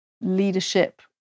leadership